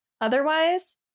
Otherwise